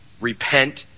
Repent